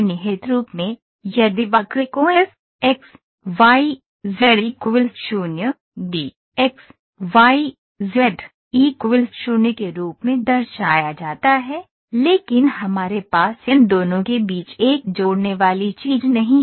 निहित रूप में यदि वक्र को f x y z 0 g x y z 0 के रूप में दर्शाया जाता है लेकिन हमारे पास इन दोनों के बीच एक जोड़ने वाली चीज नहीं है